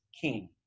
king